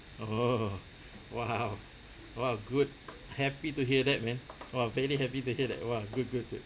oh !wow! !wow! good happy to hear that man !wow! very happy to hear that !wah! good good good